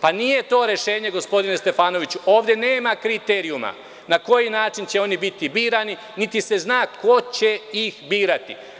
Pa nije to rešenje, gospodine Stefanoviću, ovde nema kriterijuma na koji način će oni biti birani niti se za ko će ih birati.